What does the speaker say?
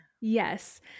Yes